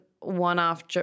one-off